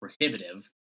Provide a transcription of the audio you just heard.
prohibitive